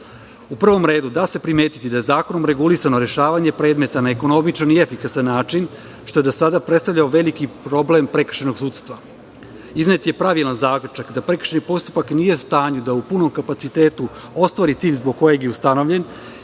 prvom redu da se primetiti da je zakonom regulisano rešavanje predmeta na ekonomičan i efikasan način, što je do sada predstavljalo veliki problem prekršajnog sudstva. Iznet je pravilan zaključak, da prekršajni postupak nije u stanju da u punom kapacitetu ostvari cilj zbog kojeg je ustanovljen,